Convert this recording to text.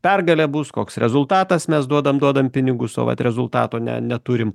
pergalė bus koks rezultatas mes duodam duodam pinigus o vat rezultato ne neturim